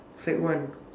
sec one